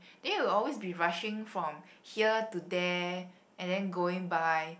then you'll always be rushing from here to there and then going by